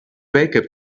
backup